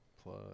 plus